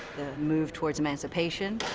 the move towards emancipation.